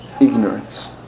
Ignorance